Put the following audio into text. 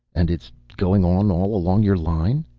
and it's going on all along your line?